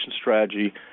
strategy